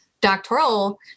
doctoral